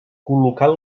col·locant